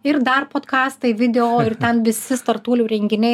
ir dar podkastai video ir ten visi startuolių renginiai